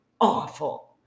awful